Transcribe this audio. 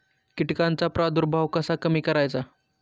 कीटकांचा प्रादुर्भाव कसा कमी करायचा?